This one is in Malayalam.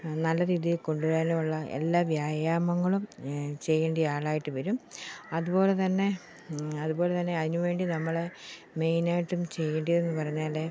നല്ല രീതിയിൽ കൊണ്ടുവരാനുമുള്ള എല്ലാ വ്യായാമങ്ങളും ചെയ്യേണ്ട ആളായിട്ട് വരും അതുപോലെ തന്നെ അതുപോലെ തന്നെ അതിനു വേണ്ടി നമ്മളെ മെയിൻ ആയിട്ടും ചെയ്യേണ്ടത് എന്ന് പറഞ്ഞാൽ